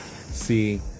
See